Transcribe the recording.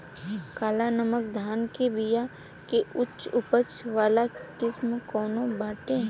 काला नमक धान के बिया के उच्च उपज वाली किस्म कौनो बाटे?